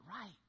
right